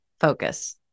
focus